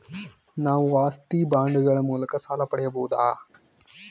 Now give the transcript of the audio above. ನಾವು ಆಸ್ತಿ ಬಾಂಡುಗಳ ಮೂಲಕ ಸಾಲ ಪಡೆಯಬಹುದಾ?